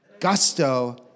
gusto